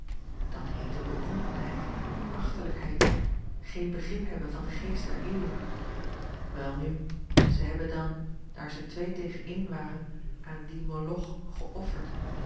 heette bekrompenheid achterlijkheid geen begrip hebben van den geest der eeuw welnu ze hebben dan daar ze twee tegen een waren aan dien moloch geofferd